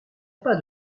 pas